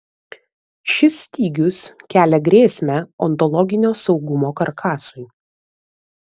šis stygius kelia grėsmę ontologinio saugumo karkasui